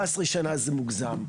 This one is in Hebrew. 14 שנה זה מוגזם,